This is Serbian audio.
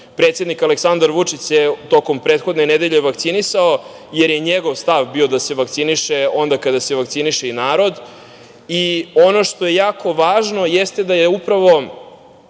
drugačija. Predsednik Aleksandar Vučić se tokom prethodne nedelje vakcinisao jer je njegov stav bio da se vakciniše onda kada se vakciniše i narod i ono što je jako važno jeste da je upravo